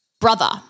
brother